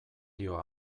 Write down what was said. dio